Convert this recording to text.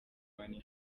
money